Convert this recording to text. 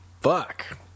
Fuck